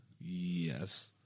Yes